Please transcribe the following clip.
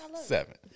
seven